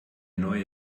neue